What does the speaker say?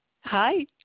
Hi